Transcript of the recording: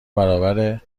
برابر